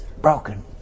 Broken